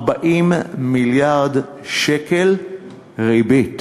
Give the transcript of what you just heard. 40 מיליארד שקלים ריבית